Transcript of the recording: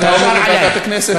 ואתה אומר לוועדת הכנסת?